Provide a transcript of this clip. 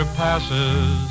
passes